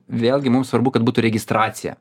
vėlgi mums svarbu kad būtų registracija